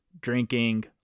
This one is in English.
drinking